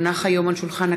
חברי הכנסת, היום י"ב